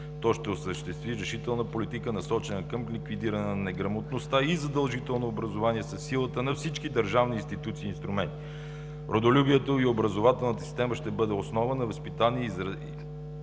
То ще осъществи решителна политика, насочена към ликвидиране на неграмотността и задължително образование, със силата на всички държавни институции и инструменти. Родолюбието и образователната система ще бъдат основа за възпитание и извисяване